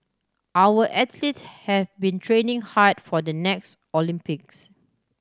our athlete have been training hard for the next Olympics